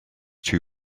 too